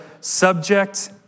subject